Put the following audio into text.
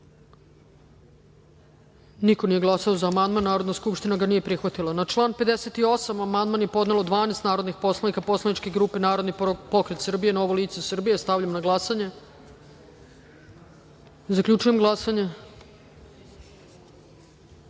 niko nije glasao za ovaj amandman. Narodna skupština ga nije prihvatila. Na član 128. amandman je podnelo 12 narodnih poslanika poslaničke grupe Narodni pokret Srbije-Novo lice Srbije. Stavljam na glasanje. Zaključujem glasanje: